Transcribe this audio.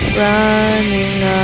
running